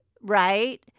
right